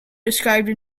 described